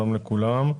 שלום לכולם.